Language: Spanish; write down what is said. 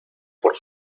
por